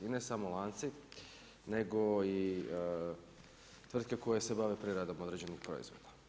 I ne samo lanci, nego i tvrtke koje se bave preradom određenih proizvoda.